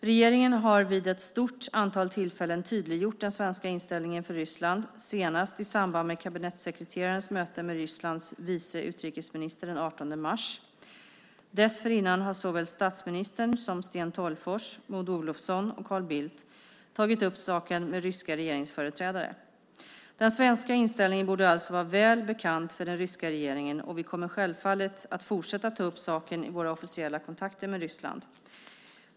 Regeringen har vid ett stort antal tillfällen tydliggjort den svenska inställningen för Ryssland - senast i samband med kabinettssekreterarens möte med Rysslands vice utrikesminister den 18 mars. Dessförinnan har såväl statsministern som Sten Tolgfors, Maud Olofsson och Carl Bildt tagit upp saken med ryska regeringsföreträdare. Den svenska inställningen borde alltså vara välbekant för den ryska regeringen, och vi kommer självfallet att fortsätta ta upp saken i våra officiella kontakter med Ryssland.